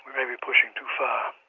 maybe pushing too far.